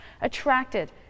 attracted